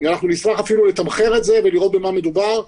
ואנחנו נשמח לתמחר את זה ולראות במה מדובר.